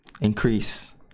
increase